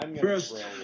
First